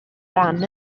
ran